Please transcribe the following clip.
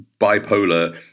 bipolar